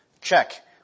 Check